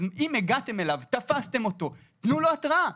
אז אם הגעתם אליו, תפסתם אותו, תנו לו התראה.